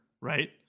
right